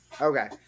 Okay